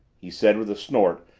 he said with a snort,